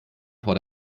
vor